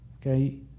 Okay